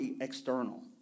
external